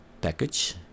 package